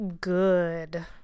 good